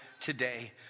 today